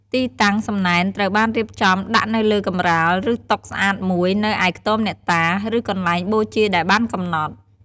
ទីតាំង សំណែនត្រូវបានរៀបចំដាក់នៅលើកម្រាល ឬតុស្អាតមួយនៅឯខ្ទមអ្នកតា ឬកន្លែងបូជាដែលបានកំណត់។